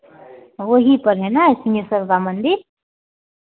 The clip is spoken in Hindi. वहीं पर है ना सिंहेश्वर का मंदिर